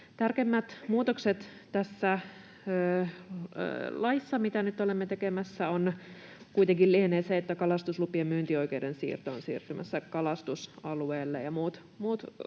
Tärkein muutos tässä laissa, mitä nyt olemme tekemässä, kuitenkin lienee se, että kalastuslupien myyntioikeuden siirto on siirtymässä kalastusalueelle, ja muut